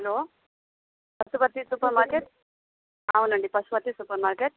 hello Pasuparthi supermarket అవునండి Pasuparthi supermarket